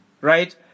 Right